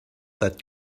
that